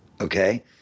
okay